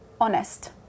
honest